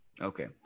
Okay